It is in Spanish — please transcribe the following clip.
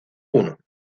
uno